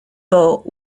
boat